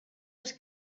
els